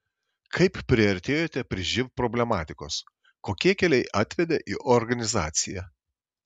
kaip priartėjote prie živ problematikos kokie keliai atvedė į organizaciją